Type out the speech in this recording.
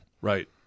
Right